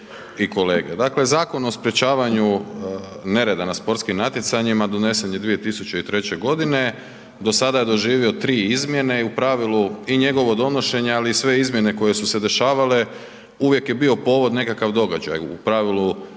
Dakle, Zakon o sprječavanju nereda na sportskim natjecanjima donesen je 2003. g. Do sada je doživio 3 izmjene i u pravilu i njegovo donošenje, ali i sve izmjene koje su se dešavale, uvijek je bio povod nekakav događaj. U pravilu,